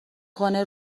کنه